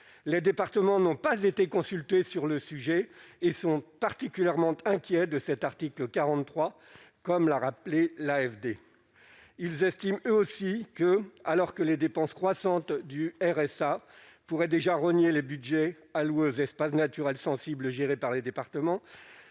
les départements n'ont pas été consultés sur le sujet et sont particulièrement inquiets de cet article 43, comme l'a rappelé l'AFD, ils estiment eux aussi que, alors que les dépenses croissantes du RSA pourrait déjà rogné les Budgets alloués aux espaces naturels sensibles gérés par les départements